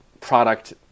product